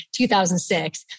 2006